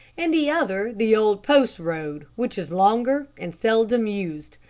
and the other the old post road, which is longer and seldom used.